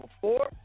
four